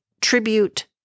tribute